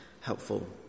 helpful